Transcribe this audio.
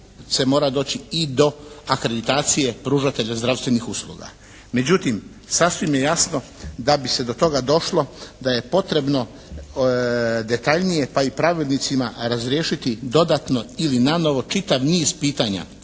se mora doći i do akreditacije pružatelja zdravstvenih usluga. Međutim, sasvim je jasno da bi se do toga došlo, da je potrebno detaljnije pa i pravednicima razriješiti dodatno ili nanovo čitav niz pitanja